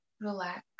relax